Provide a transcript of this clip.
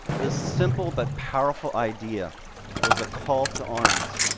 this simple but powerful idea was a call to arms,